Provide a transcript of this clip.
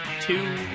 two